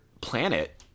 planet